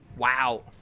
Wow